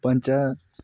पञ्च